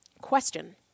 question